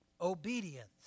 Obedience